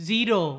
Zero